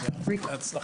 הישיבה